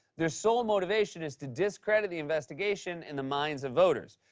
their sole motivation is to discredit the investigation in the minds of voters.